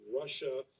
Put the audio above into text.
Russia